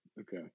okay